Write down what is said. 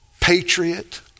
patriot